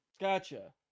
Gotcha